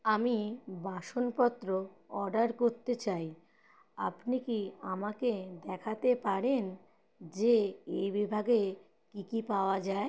আমি বাসনপত্র অর্ডার করতে চাই আপনি কি আমাকে দেখাতে পারেন যে এই বিভাগে কী কী পাওয়া যায়